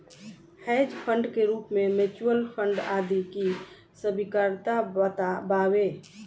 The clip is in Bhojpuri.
हेज फंड के रूप में म्यूच्यूअल फंड आदि के स्वीकार्यता बावे